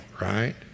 right